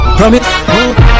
Promise